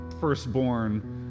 Firstborn